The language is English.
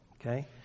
Okay